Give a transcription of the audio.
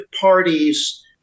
parties